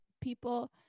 people